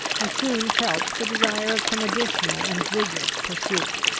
i soon felt the desire of some additional and vigorous pursuit.